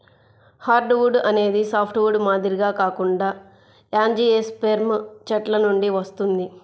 hardwood అనేది softwood మాదిరిగా కాకుండా యాంజియోస్పెర్మ్ చెట్ల నుండి వస్తుంది